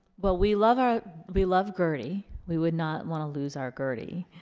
well we love our we love gertie we would not want to lose our gertie